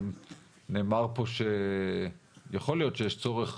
נאמר פה שיכול להיות שיש צורך,